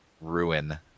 ruin